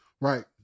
right